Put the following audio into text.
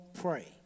pray